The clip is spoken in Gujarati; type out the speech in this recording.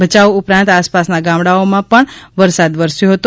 ભયાઉ ઉપરાંત આસપાસના ગામડાંઓમાં પણ વરસાદ વરસ્યો હતો